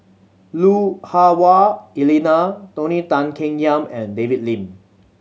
Lui Hah Wah Elena Tony Tan Keng Yam and David Lim